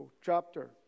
chapter